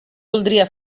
voldria